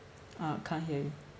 uh can't hear you